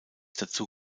dazu